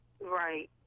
Right